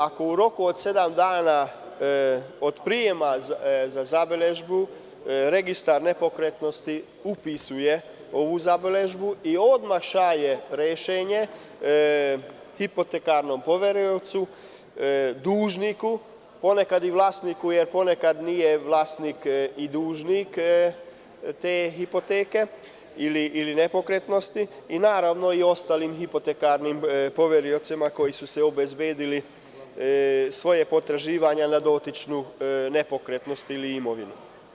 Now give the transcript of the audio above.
Ako u roku od sedam dana od prijema zabeležbe, registar nepokretnosti upisuje ovu zabeležbu i odmah šalje rešenje hipotekarnom poveriocu, dužniku, ponekad i vlasniku, jer ponekad vlasnik nije dužnik te hipoteke ili nepokretnosti, kao i ostali hipotekarnim poveriocima koji su obezbedili svoje potraživanje na dotičnu nepokretnost ili imovinu.